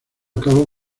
cabo